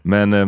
Men